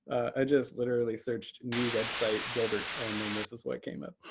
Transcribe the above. i just literally searched new website dilbert and then this is what came up.